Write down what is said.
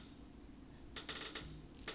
try lah try going with curly hair